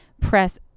press